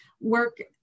work